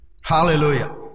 Hallelujah